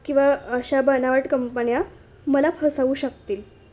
किंवा अशा बनावट कंपन्या मला फसवू शकतील